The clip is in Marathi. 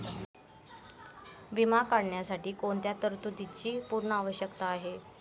विमा काढण्यासाठी कोणत्या तरतूदींची पूर्णता आवश्यक आहे?